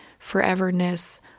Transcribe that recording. foreverness